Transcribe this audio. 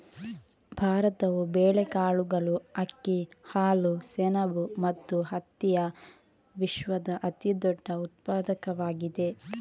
ಭಾರತವು ಬೇಳೆಕಾಳುಗಳು, ಅಕ್ಕಿ, ಹಾಲು, ಸೆಣಬು ಮತ್ತು ಹತ್ತಿಯ ವಿಶ್ವದ ಅತಿದೊಡ್ಡ ಉತ್ಪಾದಕವಾಗಿದೆ